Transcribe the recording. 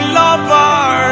lover